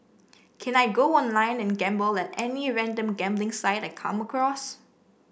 can I go online and gamble at any random gambling site I come across